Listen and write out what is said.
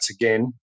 again